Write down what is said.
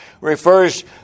refers